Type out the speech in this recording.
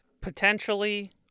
Potentially